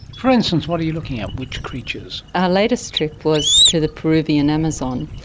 for instance what are you looking at, which creatures? our latest trip was to the peruvian amazon,